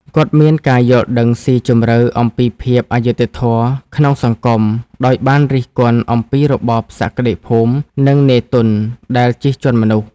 គាត់មានការយល់ដឹងស៊ីជម្រៅអំពីភាពអយុត្តិធម៌ក្នុងសង្គម ដោយបានរិះគន់អំពីរបបសក្តិភូមិ និងនាយទុនដែលជិះជាន់មនុស្ស។